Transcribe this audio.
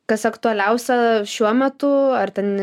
kas aktualiausia šiuo metu ar ten